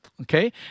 Okay